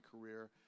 career